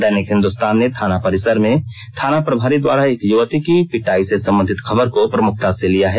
दैनिक हिंदुस्तान ने थाना परिसर में थाना प्रभारी द्वारा एक युवती की पिटाई से संबंधित खबर को प्रमुखता से लिया है